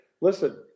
listen –